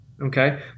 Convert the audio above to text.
Okay